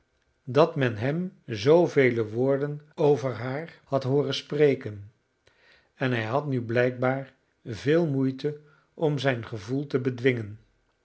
dat men hem zoovele woorden over haar had hooren spreken en hij had nu blijkbaar veel moeite om zijn gevoel te bedwingen